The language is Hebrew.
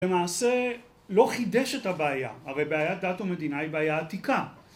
למעשה, לא חידש את הבעיה, הרי בעיית דת ומדינה היא בעיה עתיקה